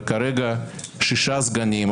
וכרגע שישה סגנים,